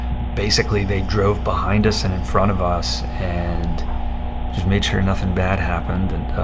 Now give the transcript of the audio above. basically, they drove behind us and in front of us and just made sure nothing bad happened. and